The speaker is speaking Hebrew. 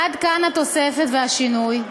עד כאן התוספת והשינוי.